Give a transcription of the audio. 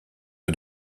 peu